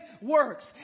works